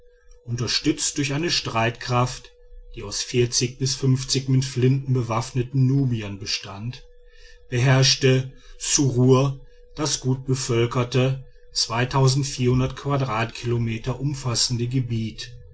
unterstützt durch eine streitkraft die aus vierzig bis fünfzig flinten bewaffneten nubiern bestand beherrschte ssurrur das gut bevölkerte quadratkilometer umfassende gebiet